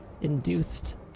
Induced